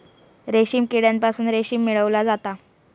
रेशीम किड्यांपासून रेशीम मिळवला जाता